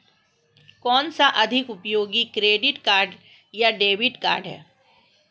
कौनसा अधिक उपयोगी क्रेडिट कार्ड या डेबिट कार्ड है?